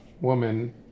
woman